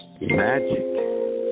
Magic